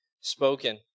spoken